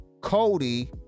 cody